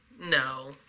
No